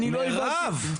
מירב.